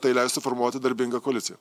tai leis suformuoti darbingą koaliciją